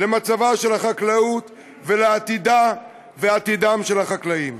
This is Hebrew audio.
למצב של החקלאות ולעתידה ולעתידם של החקלאים.